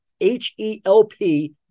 H-E-L-P